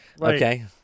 okay